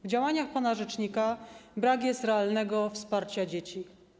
W działaniach pana rzecznika brak jest realnego wsparcia dzieci.